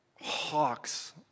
hawks